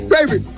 Baby